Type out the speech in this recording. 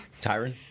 Tyron